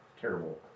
terrible